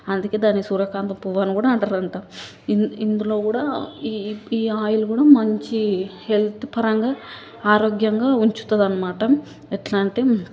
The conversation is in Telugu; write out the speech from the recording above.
అందుకే దాన్ని సూరకాంతం పువ్వని కూడా అంటారంట ఇన్ ఇందులో కూడా ఈ ఈ ఈ ఆయిల్ కూడా మంచి హెల్త్ పరంగా ఆరోగ్యంగా ఉంచుతుందన్నమాట ఎట్లాంటే